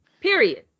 Period